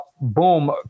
Boom